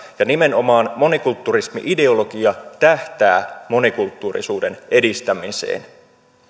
ja nimenomaan monikulturismi ideologia tähtää monikulttuurisuuden edistämiseen